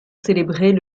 célébrées